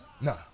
Nah